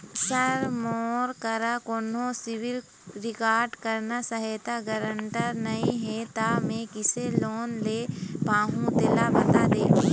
sir मोर करा कोन्हो सिविल रिकॉर्ड करना सहायता गारंटर नई हे ता मे किसे लोन ले पाहुं तेला बता दे